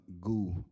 Goo